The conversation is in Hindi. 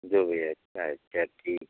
जो भी है अच्छा अच्छा ठीक